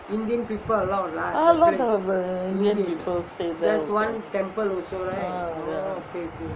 ah a lot of indian people stay there ah ya